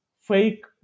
fake